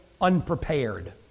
unprepared